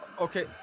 Okay